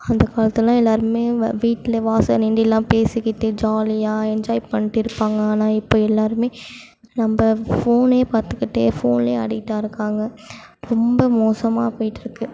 அந்த காலத்தில் எல்லாருமே வ வீட்டில் வாசலில் நிண்டு எல்லா பேசிக்கிட்டு ஜாலியாக என்ஜாய் பண்ணிட்டு இருப்பாங்க ஆனால் இப்போ எல்லாருமே ரொம்ப ஃபோனே பார்த்துக்கிட்டே ஃபோனில் அடிக்டாக இருக்காங்க ரொம்ப மோசமாக போயிட்டிருக்கு